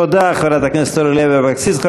תודה לחברת הכנסת אורלי לוי אבקסיס.